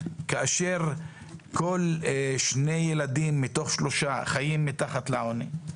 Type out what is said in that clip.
כאשר כל שני ילדים מתוך שלושה חיים מתחת לעוני,